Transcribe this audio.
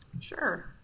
Sure